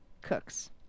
cooks